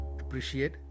appreciate